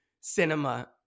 cinema